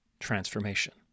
transformation